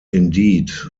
indeed